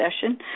session